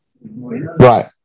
Right